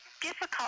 difficult